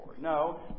No